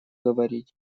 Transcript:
говорить